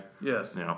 Yes